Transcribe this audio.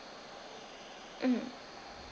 hmm